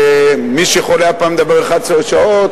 ומי שיכול היה פעם לדבר 11 שעות,